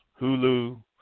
Hulu